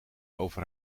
over